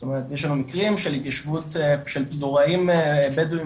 זאת אומרת יש לנו מקרים של התיישבות של פזורהים בדואים